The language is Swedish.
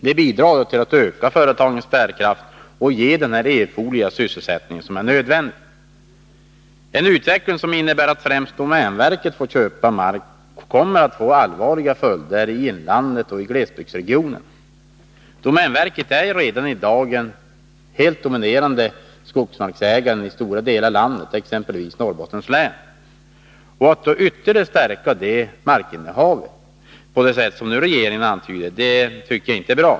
Det bidrar till att öka företagens bärkraft och ger erforderlig sysselsättning. En utveckling som innebär att främst domänverket får köpa mark kommer att få allvarliga följder i inlandet och i glesbygdsregionerna. Domänverket är redan i dag den helt dominerande skogsmarksägaren i stora delar av landet, exempelvis i Norrbottens län. Att ytterligare stärka det markinnehavet, på det sätt som regeringen nu antyder, är inte bra.